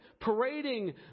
parading